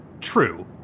True